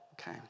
Okay